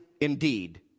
indeed